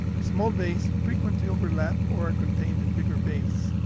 small bays frequently overlap or are contained in bigger bays.